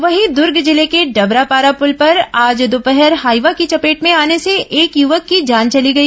वहीं दूर्ग जिले के डबरापारा पुल पर आज दोपहर हाईवा की चपेट में आने से एक युवक की जान चली गई